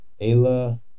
Ayla